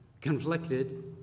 conflicted